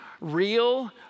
real